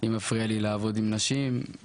אם מפריע לי לעבוד עם נשים,